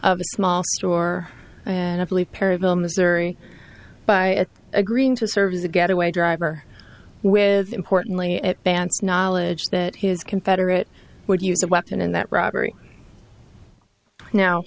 a small store and i believe perivale missouri by agreeing to serve as a getaway driver with importantly at banff knowledge that his confederate would use a weapon in that robbery now